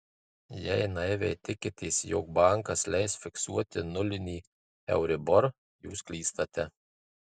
jei naiviai tikitės jog bankas leis fiksuoti nulinį euribor jūs klystate